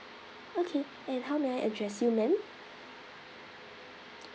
okay and how may I address you ma'am